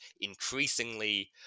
increasingly